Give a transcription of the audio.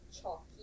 chalky